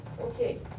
Okay